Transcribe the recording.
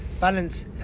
balance